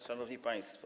Szanowni Państwo!